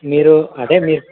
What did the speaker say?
మీరు అదే మీ